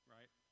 Right